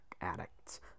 addicts